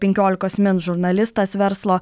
penkiolikos min žurnalistas verslo